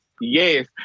Yes